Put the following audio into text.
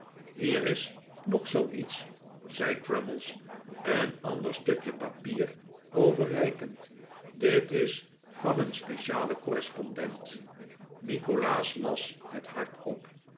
hier is nog zooiets zei crummies een ander stukje papier overreikend dit is van een specialen correspondent nikolaas las het hardop